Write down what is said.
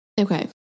Okay